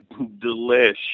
delish